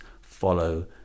follow